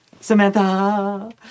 Samantha